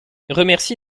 remercie